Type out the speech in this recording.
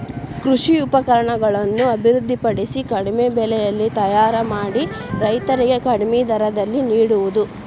ಕೃಷಿ ಉಪಕರಣಗಳನ್ನು ಅಭಿವೃದ್ಧಿ ಪಡಿಸಿ ಕಡಿಮೆ ಬೆಲೆಯಲ್ಲಿ ತಯಾರ ಮಾಡಿ ರೈತರಿಗೆ ಕಡಿಮೆ ದರದಲ್ಲಿ ನಿಡುವುದು